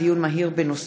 הענבית אצל